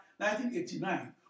1989